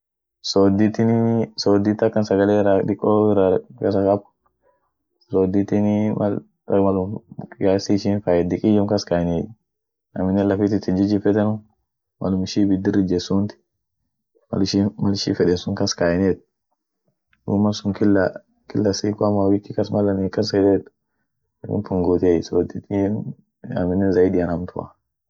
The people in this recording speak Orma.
sodditinii soddit akan sagalerra dikoora kasakab, soditinii mal re malum kiasi ishin fait dikiyum kaskaeniey, aminen lafit itinjijifetenu, malum ishin ibidir ijet sunt mal ishin mal ishin feden sun kaskaeniet won malsun kila kila siku ama wiki kas mal anin akas yedeet unum pungutiey soditin aminen zaidian hamtu.